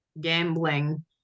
gambling